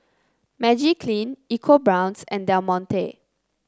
Magiclean EcoBrown's and Del Monte